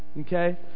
Okay